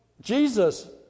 Jesus